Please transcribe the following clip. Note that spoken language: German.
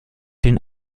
den